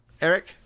Eric